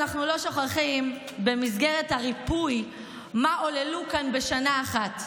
אנחנו לא שוכחים במסגרת הריפוי מה עוללו כאן בשנה אחת: